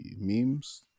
memes